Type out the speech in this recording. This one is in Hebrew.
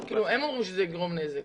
כאילו הם אומרים שזה יגרום נזק.